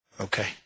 Okay